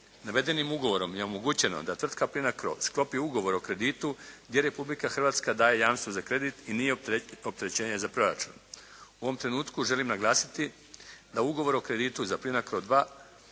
Navedenim ugovorom je omogućeno da tvrtka "Plinacro" sklopi ugovor o kreditu gdje Republika Hrvatska daje jamstvo za kredit i nije opterećenje za proračun. U ovom trenutku želim naglasiti da ugovor o kreditu za "PLINACRO